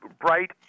bright